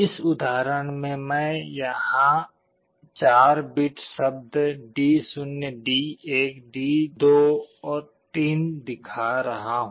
इस उदाहरण में मैं यहाँ 4 बिट शब्द D0 D1 D2 3 दिखा रहा हूं